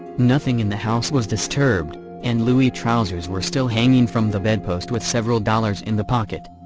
nothing in the house was disturbed and louis' trousers were still hanging from the bedpost with several dollars in the pocket.